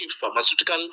pharmaceutical